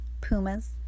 Pumas